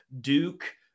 duke